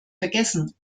vergessen